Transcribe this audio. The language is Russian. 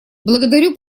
благодарю